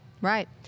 right